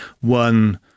one